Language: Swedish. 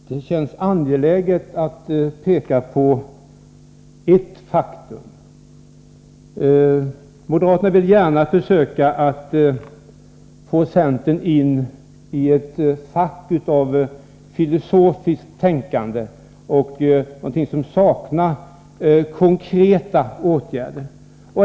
Fru talman! Det känns angeläget att peka på ett faktum: Moderaterna vill gärna försöka få centern in i ett fack av filosofiskt tänkande där det saknas konkreta åtgärder.